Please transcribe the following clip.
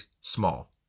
small